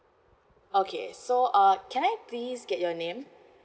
okay so uh can I please get your name